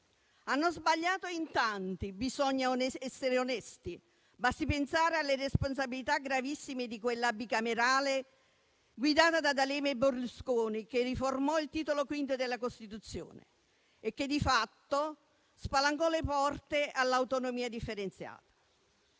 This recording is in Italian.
Hanno sbagliato in tanti, bisogna essere onesti, basti pensare alle responsabilità gravissime di quella bicamerale guidata da D'Alema e Berlusconi, che riformò il Titolo V della Costituzione e che di fatto spalancò le porte all'autonomia differenziata.